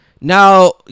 Now